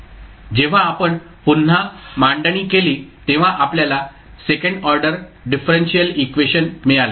जेव्हा आपण पुन्हा मांडणी केली तेव्हा आपल्याला सेकंड ऑर्डर डिफरेंशियल इक्वेशन मिळाले